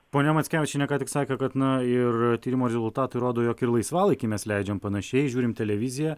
ponia mackevičienė ką tik sakė kad na ir tyrimo rezultatai rodo jog ir laisvalaikį mes leidžiam panašiai žiūrim televiziją